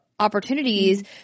opportunities